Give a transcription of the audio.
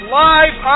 live